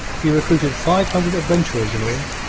he recruited five hundred adventurers in all,